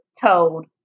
told